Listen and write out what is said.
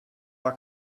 war